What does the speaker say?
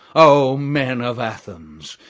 o men of athens,